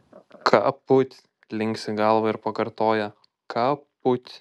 kaput linksi galvą ir pakartoja kaput